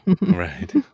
Right